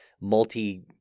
multi